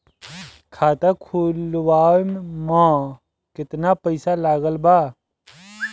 खाता खुलावे म केतना पईसा लागत बा?